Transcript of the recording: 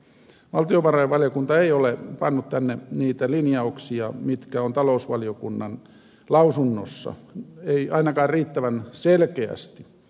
valtiovarainvaliokunta ei ole pannut tänne niitä linjauksia jotka ovat talousvaliokunnan lausunnossa ei ainakaan riittävän selkeästi